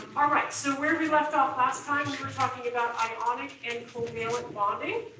alright, so where we left off last time, we were talking about ionic and covalent bonding.